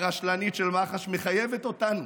הרשלנית, של מח"ש, מחייבת אותנו